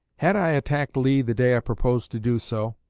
had i attacked lee the day i proposed to do so,